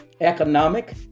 economic